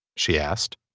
she asked.